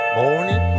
morning